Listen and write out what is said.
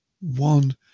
one